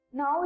Now